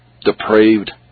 depraved